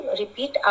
repeat